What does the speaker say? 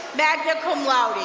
magna cum laude